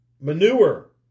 manure